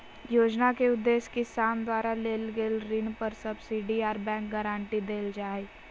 योजना के उदेश्य किसान द्वारा लेल गेल ऋण पर सब्सिडी आर बैंक गारंटी देल जा हई